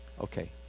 okay